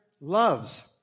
loves